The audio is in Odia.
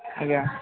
ଆଜ୍ଞା